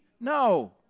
No